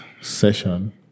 session